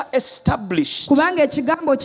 established